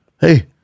Hey